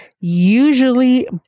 Usually